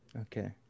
Okay